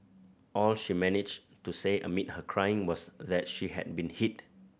all she managed to say amid her crying was that she had been hit